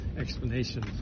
explanation